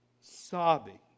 sobbing